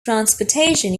transportation